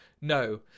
No